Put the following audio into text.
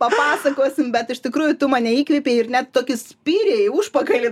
papasakosim bet iš tikrųjų tu mane įkvėpei ir net tokį spyrį į užpakalį